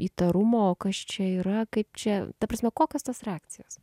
įtarumo kas čia yra kaip čia ta prasme kokios tos reakcijos